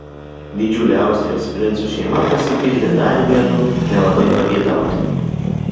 didžiulė austrijos princų šeima pasipildė dar vienu nelabai pageidautinu